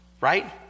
Right